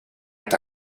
est